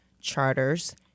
charters